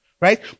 Right